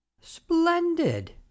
Splendid